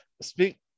speak